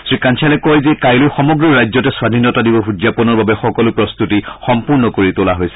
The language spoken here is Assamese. শ্ৰীকাঞ্চালে কয় যে কাইলৈ সমগ্ৰ ৰাজ্যতে স্বধীনতা দিৱস উদযাপনৰ বাবে সকলো প্ৰস্ততি সম্পূৰ্ণ কৰি তোলা হৈছে